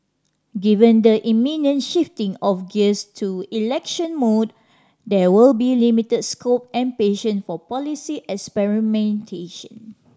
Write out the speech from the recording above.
given the imminent shifting of gears to election mode there will be limited scope and patience for policy experimentation